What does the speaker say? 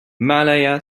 malaya